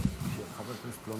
כן, שר החינוך.